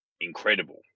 incredible